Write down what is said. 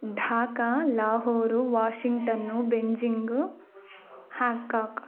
Dhaka Lahore Washington Beijing Hong Kong